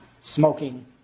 smoking